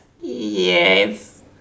Yes